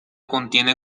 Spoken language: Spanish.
contiene